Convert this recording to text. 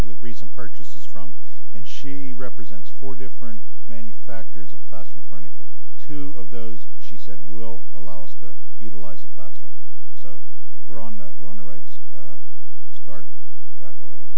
recent purchases from and she represents four different manufacturers of classroom furniture two of those she said will allow us to utilize a classroom so we're on the run rights start track